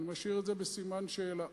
אני משאיר את זה בסימן שאלה.